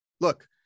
look